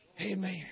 Amen